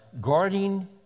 guarding